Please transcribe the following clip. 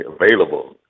available